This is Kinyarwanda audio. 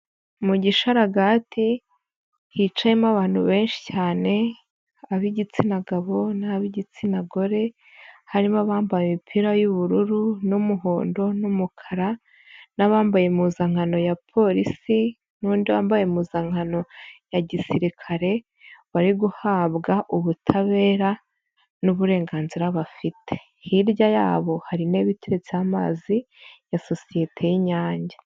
Mu gisharagati hicayemo abantu benshi cyane, ab'igitsina gabo n'ab'igitsina gore, harimo abambaye imipira y'ubururu n'umuhondo, n'umukara n'abambaye impuzankano ya polisi, n'undi wambaye impuzankano ya gisirikare, bari guhabwa ubutabera n'uburenganzira bafite, hirya yabo hari n'ibiteretseho amazi ya sosiyete y'Inyange.